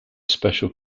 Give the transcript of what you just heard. special